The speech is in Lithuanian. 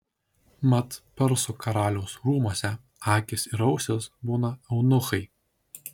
mat persų karaliaus rūmuose akys ir ausys būna eunuchai